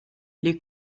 les